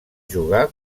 jugar